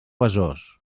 besòs